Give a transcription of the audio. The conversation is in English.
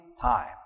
time